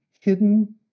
hidden